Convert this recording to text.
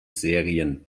serien